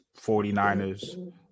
49ers